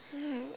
hmm